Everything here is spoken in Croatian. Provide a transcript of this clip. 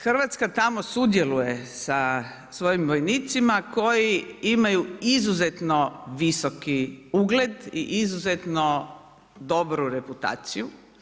Hrvatska tamo sudjeluje sa svojim vojnicima koji imaju izuzetno visoki ugled i izuzetno dobru reputaciju.